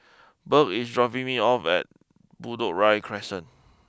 Bert is dropping me off at Bedok Ria Crescent